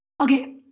Okay